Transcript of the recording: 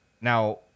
now